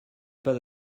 pas